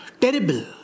terrible